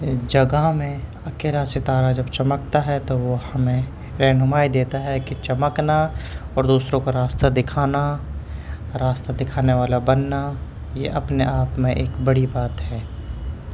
جگہ میں اکیلا ستارہ جب چمکتا ہے تو وہ ہمیں رہنمائی دیتا ہے کہ چمکنا اور دوسروں کو راستہ دکھانا راستہ دکھانے والا بننا یہ اپنے آپ میں ایک بڑی بات ہے